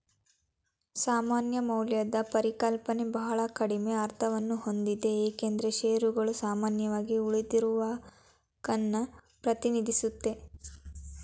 ಸಮಾನ ಮೌಲ್ಯದ ಪರಿಕಲ್ಪನೆ ಬಹಳ ಕಡಿಮೆ ಅರ್ಥವನ್ನಹೊಂದಿದೆ ಏಕೆಂದ್ರೆ ಶೇರುಗಳು ಸಾಮಾನ್ಯವಾಗಿ ಉಳಿದಿರುವಹಕನ್ನ ಪ್ರತಿನಿಧಿಸುತ್ತೆ